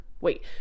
wait